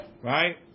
right